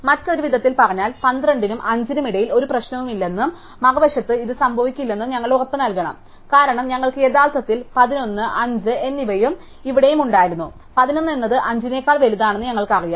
മറ്റൊരു വിധത്തിൽ പറഞ്ഞാൽ 12 നും 5 നും ഇടയിൽ ഒരു പ്രശ്നവുമില്ലെന്നും മറുവശത്ത് ഇത് സംഭവിക്കില്ലെന്നും ഞങ്ങൾ ഉറപ്പുനൽകണം കാരണം ഞങ്ങൾക്ക് യഥാർത്ഥത്തിൽ 11 5 എന്നിവയും ഇവിടെയും ഉണ്ടായിരുന്നു 11 എന്നത് 5 നേക്കാൾ വലുതാണെന്ന് ഞങ്ങൾക്കറിയാം